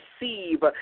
receive